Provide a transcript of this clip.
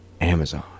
Amazon